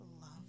love